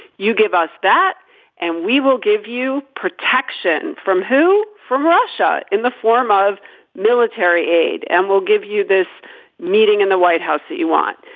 you give us that and we will give you protection from who from russia in the form of military aid and we'll give you this meeting in the white house that you want.